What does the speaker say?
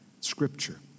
Scripture